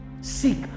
seek